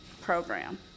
program